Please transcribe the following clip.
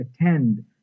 attend